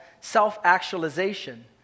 self-actualization